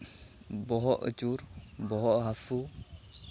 ᱵᱚᱦᱚᱜ ᱟᱹᱪᱩᱨ ᱵᱚᱦᱚᱜ ᱦᱟᱹᱥᱩ